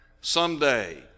someday